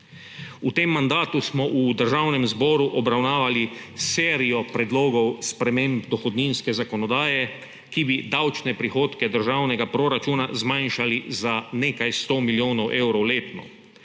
V tem mandatu smo v Državnem zboru obravnavali serijo predlogov sprememb dohodninske zakonodaje, ki bi davčne prihodke državnega proračuna zmanjšali za nekaj 100 milijon evrov letno.